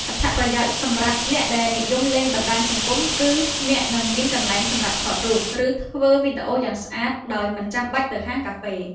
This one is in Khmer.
អត្ថប្រយោជន៍សម្រាប់អ្នកដែលនិយមលេងបណ្ដាញសង្គម គឺអ្នកនឹងមានកន្លែងសម្រាប់ថតរូប ឬធ្វើវីដេអូយ៉ាងស្អាតដោយមិនចាំបាច់ទៅហាងកាហ្វេ។